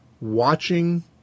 watching